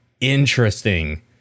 interesting